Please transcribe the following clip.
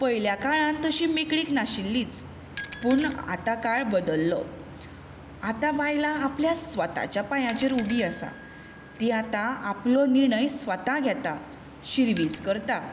पयल्या काळान तशी मेकळीक नाशिल्लीच पूण आतां काळ बदल्लो आतां बायलां आपल्या स्वताच्या पांयाचेर उबी आसा तीं आतां आपलो निर्णय स्वता घेता शिर्वीस करता